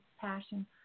passion